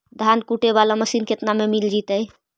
धान कुटे बाला मशीन केतना में मिल जइतै?